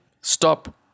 stop